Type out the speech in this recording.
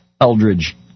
Eldridge